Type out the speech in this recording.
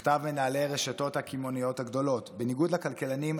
מכתב מנהלי הרשתות הקמעונאיות הגדולות: בניגוד לכלכלנים,